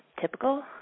typical